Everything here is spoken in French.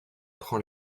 prend